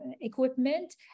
equipment